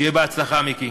שיהיה בהצלחה, מיקי.